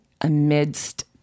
amidst